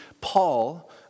Paul